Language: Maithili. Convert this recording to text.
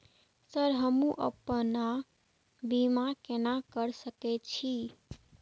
सर हमू अपना बीमा केना कर सके छी?